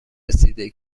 رسیده